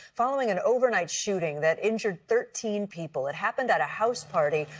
following an overnight shooting that injured thirteen people. it happened at a house party,